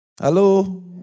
Hello